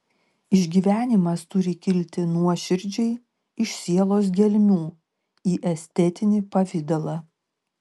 išgyvenimas turi kilti nuoširdžiai iš sielos gelmių į estetinį pavidalą